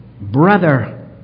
Brother